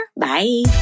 bye